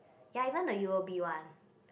ya even the U_O_B one